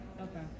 Okay